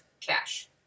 cash